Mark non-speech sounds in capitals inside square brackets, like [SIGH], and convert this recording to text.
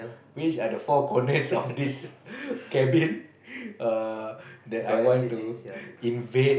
based at the four corners of this [BREATH] cabin [BREATH] err that I want to invade